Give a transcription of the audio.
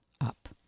up